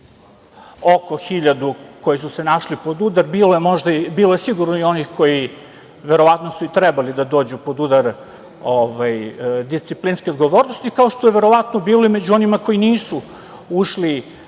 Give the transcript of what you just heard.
oko hiljadu, koji su se našli pod udarom, bilo je sigurno i onih koji su verovatno i trebali da dođu pod udar disciplinske odgovornosti, kao što je verovatno bilo i među onima koji nisu ušli